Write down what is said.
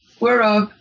Whereof